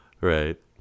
Right